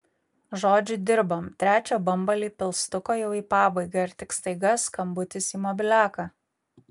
žodžiu dirbam trečią bambalį pilstuko jau į pabaigą ir tik staiga skambutis į mobiliaką